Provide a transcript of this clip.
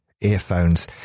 earphones